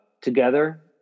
together